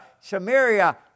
Samaria